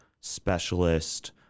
specialist